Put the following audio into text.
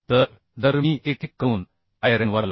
तर जर मी एक एक करून पायऱ्यांवर आलो